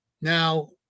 Now